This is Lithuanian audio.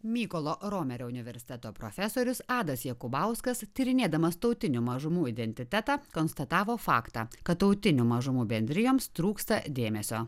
mykolo romerio universiteto profesorius adas jakubauskas tyrinėdamas tautinių mažumų identitetą konstatavo faktą kad tautinių mažumų bendrijoms trūksta dėmesio